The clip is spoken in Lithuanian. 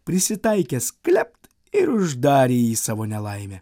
prisitaikęs klept ir uždarė į jį savo nelaimę